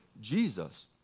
Jesus